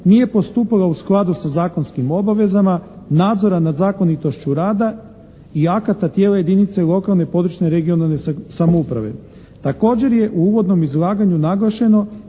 nije postupala u skladu sa zakonskim obavezama nadzora nad zakonitošću rada i akata tijela jedinice lokalne i područne (regionalne) samouprave. Također je u uvodnom izlaganju naglašeno